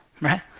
Right